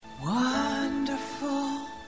Wonderful